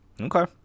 Okay